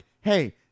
hey